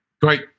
Great